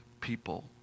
people